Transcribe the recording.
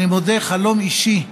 אני מודה, חלום אישי שלי,